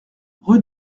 rue